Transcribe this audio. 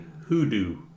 Hoodoo